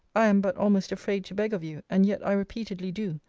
i am but almost afraid to beg of you, and yet i repeatedly do,